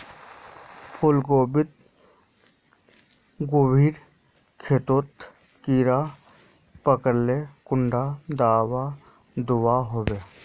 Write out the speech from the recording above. गोभी गोभिर खेतोत कीड़ा पकरिले कुंडा दाबा दुआहोबे?